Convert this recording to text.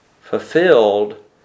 fulfilled